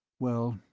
well,